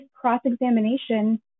cross-examination